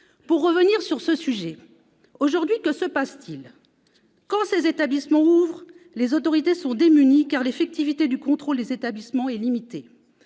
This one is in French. pour revenir à notre sujet. Aujourd'hui que se passe-t-il ? Quand ces établissements ouvrent, les autorités sont démunies, car l'effectivité du contrôle des établissements est limitée,